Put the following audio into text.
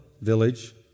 village